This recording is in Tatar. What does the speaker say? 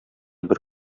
бер